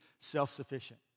self-sufficient